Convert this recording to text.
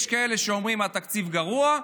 יש כאלה שאומרים: התקציב גרוע,